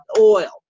oil